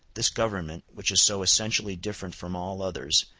this government, which is so essentially different from all others,